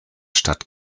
stadt